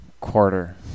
Quarter